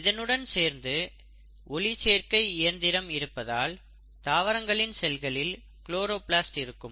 இதனுடன் சேர்ந்து ஒளிச்சேர்க்கை இயந்திரம் இருப்பதால் தாவரங்களின் செல்களில் குளோரோபிளாஸ்ட் இருக்கும்